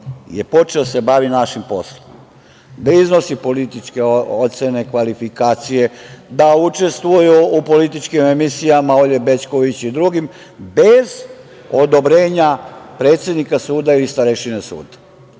je počeo da se bavi našim poslom, da iznosi političke ocene, kvalifikacije, da učestvuju u političkim emisijama Olje Bećković i drugim, bez odobrenja predsednika suda ili starešine suda,